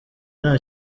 nta